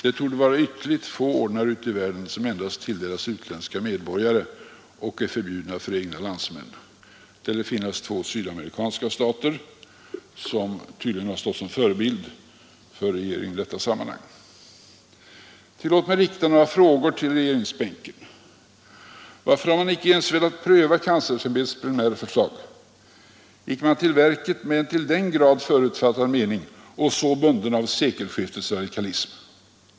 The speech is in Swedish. Det torde vara ytterligt få ordnar ute i världen som endast tilldelas utländska medborgare och är förbjudna för egna landsmän. Sådana lär dock finnas i två sydamerikanska stater, som tydligen har stått som förebild för regeringen i detta sammanhang. Tillåt mig rikta några frågor till regeringsbänken! För det första: Varför har man icke ens velat pröva kanslersämbetets preliminära förslag? Gick man till verket med en till den grad förutfattad mening och så bunden av sekelskiftets radikalism?